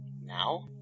Now